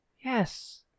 Yes